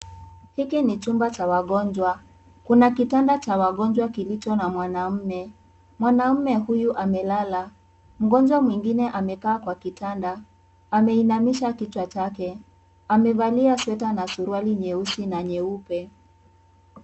Hiki ni chumba cha wagonjwa kuna kitanda cha wagonjwa kilicho na mwanaume, mwanaume huyu amelala mgonjwa mwingine amekaa kwa kitanda, ameinamisha kichwa chake amevalia sweta na suruali nyeusi nyeupe.